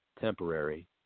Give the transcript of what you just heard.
temporary